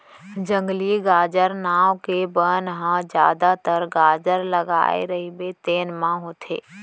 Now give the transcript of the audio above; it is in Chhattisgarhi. जंगली गाजर नांव के बन ह जादातर गाजर लगाए रहिबे तेन म होथे